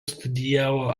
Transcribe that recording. studijavo